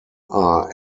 are